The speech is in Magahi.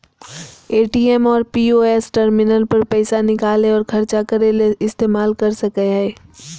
ए.टी.एम और पी.ओ.एस टर्मिनल पर पैसा निकालय और ख़र्चा करय ले इस्तेमाल कर सकय हइ